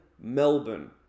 Melbourne